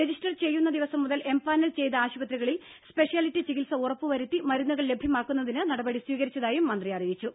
register ചെയ്യുന്ന ദിവസം മുതൽ എംപാനൽ ചെയ്ത ആശുപത്രികളിൽ സ്പെഷ്യാലിറ്റി ചികിത്സ ഉറപ്പു വരുത്തി മരുന്നുകൾ ലഭ്യമാക്കുന്നതിന് നടപടി സ്വീകരിച്ചതായും മന്ത്രി അറിയിച്ചു